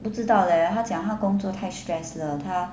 不知道 leh 她讲她工作太 stress 了她